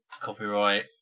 Copyright